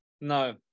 No